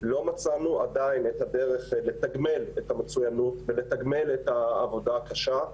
לא מצאנו עדיין את הדרך לתגמל את המצוינות ולתגמל את העבודה הקשה.